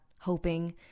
hoping